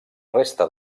resta